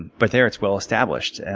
but there, it's well established and